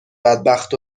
بدبخت